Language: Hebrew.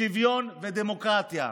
שוויון ודמוקרטיה.